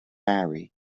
marry